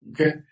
Okay